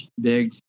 big